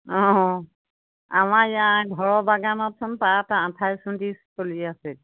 অঁ আমাৰ ইয়াৰ ঘৰৰ বাগানতচোন পাত আঠাইছ ঊনত্ৰিছ চলি আছে